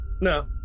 No